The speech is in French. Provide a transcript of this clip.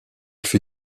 fut